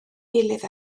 gilydd